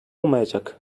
olmayacak